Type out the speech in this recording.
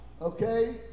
okay